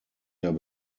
der